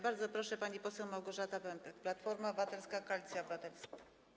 Bardzo proszę, pani poseł Małgorzata Pępek, Platforma Obywatelska - Koalicja Obywatelska.